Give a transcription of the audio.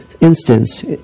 instance